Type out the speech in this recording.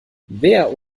wer